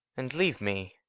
and leave me!